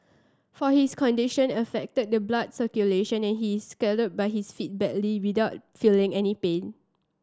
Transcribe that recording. for his condition affected the blood circulation and he scalded but his feet badly without feeling any pain